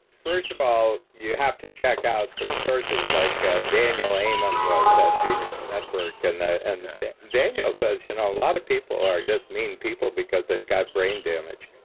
first of all, you have to check out some sources, like ah daniel amen was at genius network. and and daniel says, you know, a lot of people are just mean people, because they've got brain damage.